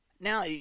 Now